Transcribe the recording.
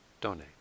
donate